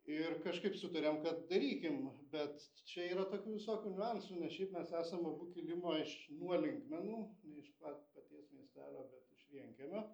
ir kažkaip sutarėm kad darykim bet čia yra tokių visokių niuansų nes šiaip mes esam abu kilimo iš nuo linkmenų ne iš pa paties miestelio bet iš vienkiemio